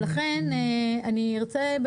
לכן אני ארצה,